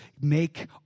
make